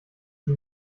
sie